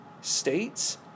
states